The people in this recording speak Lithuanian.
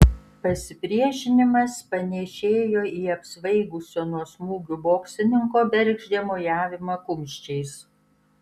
pasipriešinimas panėšėjo į apsvaigusio nuo smūgių boksininko bergždžią mojavimą kumščiais